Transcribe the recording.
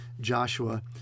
Joshua